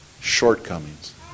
shortcomings